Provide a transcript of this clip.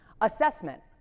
assessment